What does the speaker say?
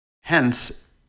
Hence